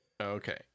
Okay